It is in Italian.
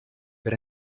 per